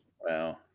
Wow